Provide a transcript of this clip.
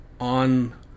on